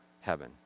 heaven